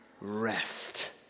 rest